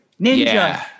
Ninja